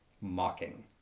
mocking